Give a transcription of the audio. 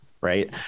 Right